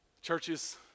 Churches